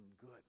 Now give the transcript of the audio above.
good